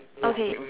okay